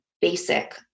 basic